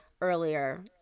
earlier